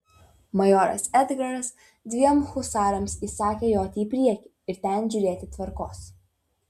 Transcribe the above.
majoras edgaras dviem husarams įsakė joti į priekį ir ten žiūrėti tvarkos